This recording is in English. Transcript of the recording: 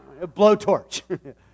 Blowtorch